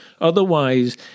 Otherwise